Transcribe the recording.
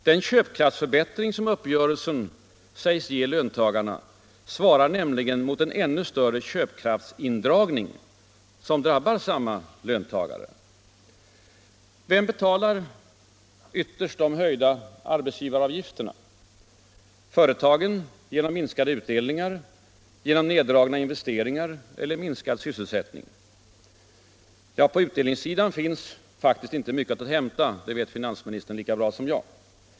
Den köpkraftsförbättring som uppgörelsen sägs ge löntagarna svarar nämligen mot en ännu större köpkraftsindragning som drabbar samma löntagare. Vem betalar ytterst de höjda arbetsgivaravgifterna? Företagen, genom minskade utdelningar, neddragna investeringar eller minskad sysselsättning? Ja, på utdelningssidan finns faktiskt inte mycket att hämta, det vet finansministern lika bra som jag.